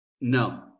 No